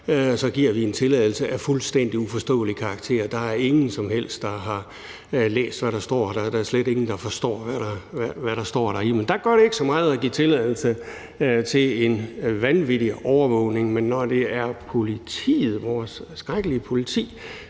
og Twitter osv. tilladelser af fuldstændig uforståelig karakter, når vi installerer en app. Der er ingen som helst, der har læst, hvad der står, og der er slet ingen, der forstår, hvad der står. Men der gør det ikke så meget at give tilladelse til en vanvittig overvågning. Men når det er politiet, vores skrækkelige politi,